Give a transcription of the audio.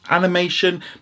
animation